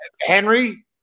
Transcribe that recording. henry